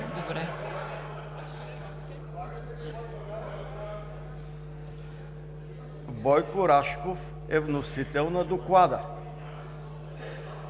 Бойко Рашков е вносител на Доклада.